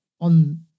on